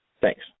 thanks